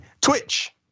Twitch